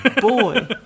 boy